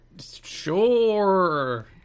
Sure